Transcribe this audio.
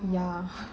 ya